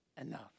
enough